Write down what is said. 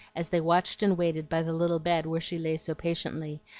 as they watched and waited by the little bed where she lay so patiently,